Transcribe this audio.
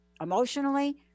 emotionally